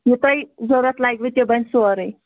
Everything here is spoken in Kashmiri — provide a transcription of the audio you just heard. یہِ تۄہہِ ضرورَت لَگِوٕ تہِ بَنہِ سورُے